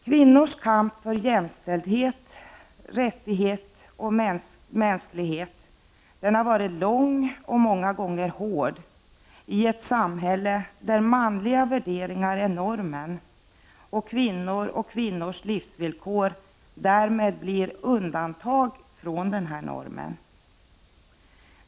Kvinnors kamp för jämställdhet, rättsligt och mänskligt, har varit lång och många gånger hård, i ett samhälle där manliga värderingar är normen och där kvinnor och kvinnors livsvillkor därmed blir undantag från denna norm.